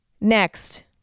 Next